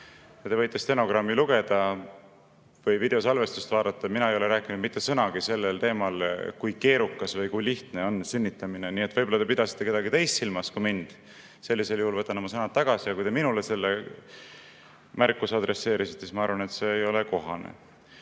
Te võite stenogrammi lugeda või videosalvestist vaadata, mina ei ole rääkinud mitte sõnagi sellel teemal, kui keerukas või kui lihtne on sünnitamine. Kui te pidasite kedagi teist silmas, siis sellisel juhul võtan oma sõnad tagasi, aga kui te minule selle märkuse adresseerisite, siis ma arvan, et see ei olnud kohane.